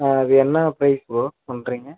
ஆ அது என்ன price bro பண்ணுறீங்க